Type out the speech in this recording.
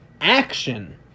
action